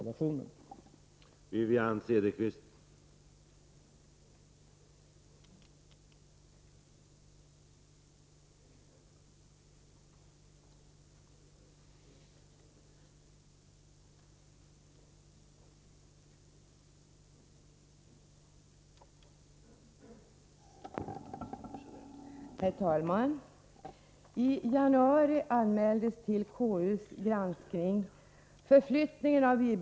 statsrådens tjänste